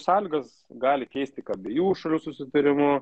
sąlygas gali keist tik abiejų šalių susitarimu